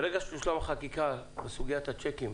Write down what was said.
שתושלם החקיקה בסוגיית הצ'קים,